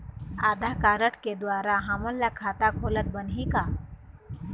आधार card के द्वारा हमन ला खाता खोलत बनही का?